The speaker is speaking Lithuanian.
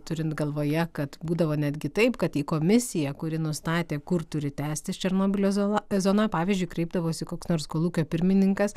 turint galvoje kad būdavo netgi taip kad į komisiją kuri nustatė kur turi tęstis černobylio zona zona pavyzdžiui kreipdavosi koks nors kolūkio pirmininkas